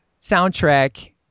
soundtrack